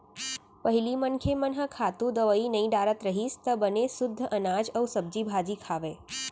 पहिली मनखे मन ह खातू, दवई नइ डारत रहिस त बने सुद्ध अनाज अउ सब्जी भाजी खावय